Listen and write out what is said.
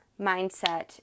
mindset